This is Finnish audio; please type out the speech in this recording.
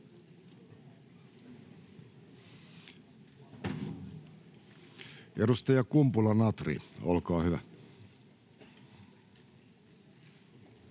Edustaja Kumpula-Natri, olkaa hyvä.